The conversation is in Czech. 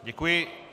Děkuji.